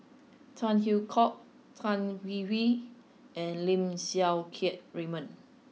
Tan Hwee Hock Tan Hwee Hwee and Lim Siang Keat Raymond